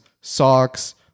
socks